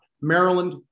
Maryland